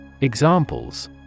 Examples